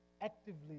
Actively